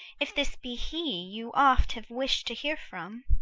if this be he you oft have wish'd to hear from.